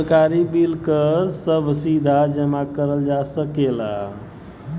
सरकारी बिल कर सभ सीधा जमा करल जा सकेला